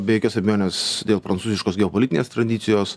be jokios abejonės dėl prancūziškos geopolitinės tradicijos